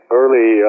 early